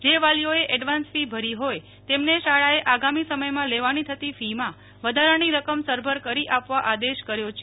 જે વાલીઓએ advance fee ભરી હોય તેમને શાળાએ આગામી સમયમાં લેવાની થતી ફીમાં વધારાની રકમ સરભર કરી આપવા આદેશ કર્યો છે